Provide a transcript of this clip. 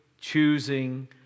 choosing